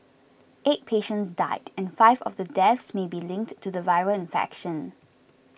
eight patients died and five of the deaths may be linked to the viral infection